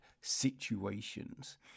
situations